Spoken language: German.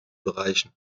bereichen